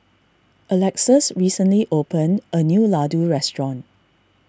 Alexus recently opened a new Ladoo restaurant